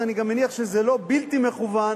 אז אני מניח שזה לא בלתי מכוון,